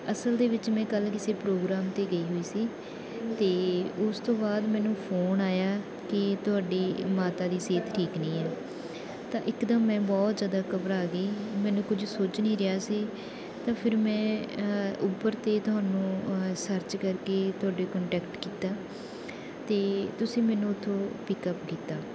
ਅਸਲ ਦੇ ਵਿੱਚ ਮੈਂ ਕੱਲ੍ਹ ਕਿਸੇ ਪ੍ਰੋਗਰਾਮ 'ਤੇ ਗਈ ਹੋਈ ਸੀ ਅਤੇ ਉਸ ਤੋਂ ਬਾਅਦ ਮੈਨੂੰ ਫੋਨ ਆਇਆ ਕਿ ਤੁਹਾਡੀ ਮਾਤਾ ਦੀ ਸਿਹਤ ਠੀਕ ਨਹੀਂ ਹੈ ਤਾਂ ਇੱਕਦਮ ਮੈਂ ਬਹੁਤ ਜ਼ਿਆਦਾ ਘਬਰਾ ਗਈ ਮੈਨੂੰ ਕੁਝ ਸੁੱਝ ਨਹੀਂ ਰਿਹਾ ਸੀ ਤਾਂ ਫਿਰ ਮੈਂ ਉਬਰ 'ਤੇ ਤੁਹਾਨੂੰ ਸਰਚ ਕਰਕੇ ਤੁਹਾਡੇ ਕੰਟੈਕਟ ਕੀਤਾ ਅਤੇ ਤੁਸੀਂ ਮੈਨੂੰ ਉੱਥੋਂ ਪਿੱਕਅਪ ਕੀਤਾ